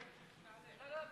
לא לא,